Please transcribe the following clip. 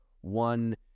one